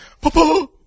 Papa